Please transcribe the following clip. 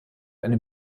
eine